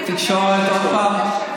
תקשורת עוד פעם?